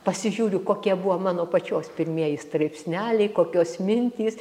pasižiūriu kokie buvo mano pačios pirmieji straipsneliai kokios mintys